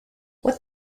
what